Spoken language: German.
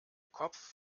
kopf